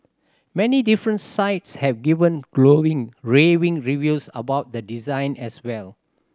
many different sites have given glowing raving reviews about the design as well